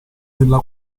della